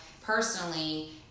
personally